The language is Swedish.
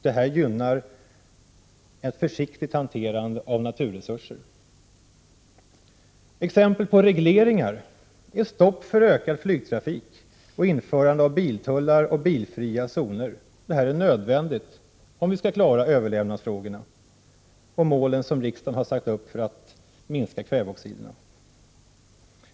Det gynnar ett försiktigt hanterande av naturresurser. Exempel på regleringar är stopp för ökad flygtrafik och införande av biltullar och bilfria zoner. Det är nödvändigt om vi skall klara överlevnadsfrågorna och målen som riksdagen har satt upp för att minska kväveoxiderna.